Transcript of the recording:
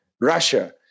Russia